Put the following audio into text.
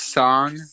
song